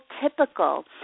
typical